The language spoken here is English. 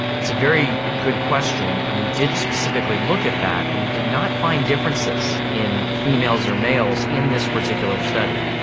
it's a very good question and we did specifically look at that and we did not find differences in females or males in this particular study,